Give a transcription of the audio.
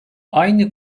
aynı